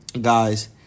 guys